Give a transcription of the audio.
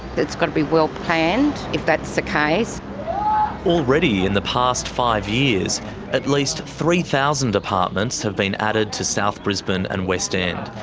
it's got to be well planned if that's the already in the past five years at least three thousand apartments have been added to south brisbane and west end,